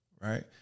Right